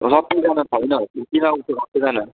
rocky दादा छैन छुट्टीमा गएको छ सबैजना